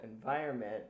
environment